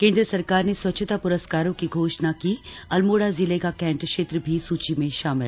केन्द्र सरकार ने स्वच्छता पुरस्कारों की घोशणा की अल्मोड़ा जिले का कैन्ट क्षेत्र भी सूची में भाामिल